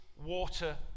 water